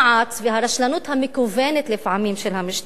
והרשלנות המכוונת לפעמים של המשטרה,